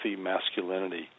masculinity